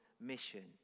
mission